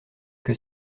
que